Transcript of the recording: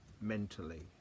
mentally